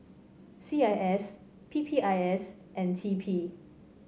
C I S P P I S and T P